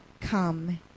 Come